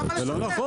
לא, אבל זה לא נכון.